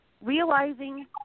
Realizing